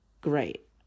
great